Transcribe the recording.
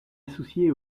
associée